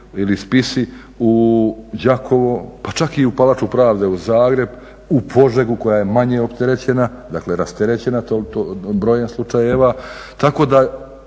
ili spisi u Đakovo, pa čak i u Palaču pravde u Zagreb, u Požegu koja je manje opterećena, dakle rasterećena brojnih slučajeva. Tako da